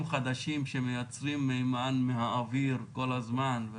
החדשים שמייצרים מימן מהאוויר כל הזמן.